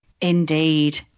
Indeed